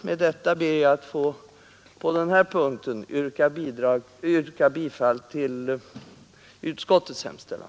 Med detta ber jag att på denna punkt få yrka bifall till utskottets hemställan.